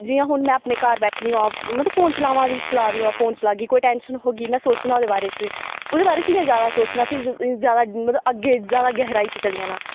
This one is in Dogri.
जियां हून में अपने घर बैठी दी होआं मतलव फोन चला दी होआं फोन चलागी कोई टैंशन होगी में सोचना ओह्दे बारे च ओह्दे बारे च जादा सोचना अग्गें मतलव जादा गैह्राई च चली जाना